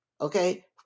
Okay